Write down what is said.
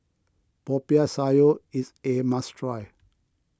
Popiah Sayur is a must try